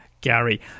gary